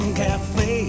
cafe